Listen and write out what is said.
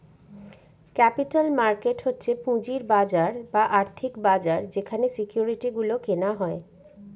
capital market হচ্ছে পুঁজির বাজার বা আর্থিক বাজার যেখানে সিকিউরিটি গুলো কেনা হয়